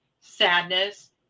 sadness